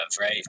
right